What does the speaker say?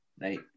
Right